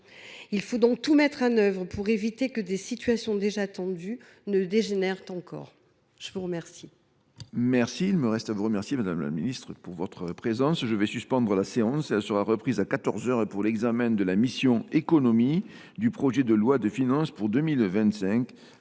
Il faut donc tout mettre en œuvre pour éviter que des situations déjà tendues ne dégénèrent encore. Nous en